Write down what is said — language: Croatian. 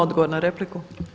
Odgovor na repliku.